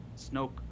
Snoke